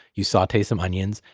you saute some onions,